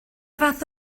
fath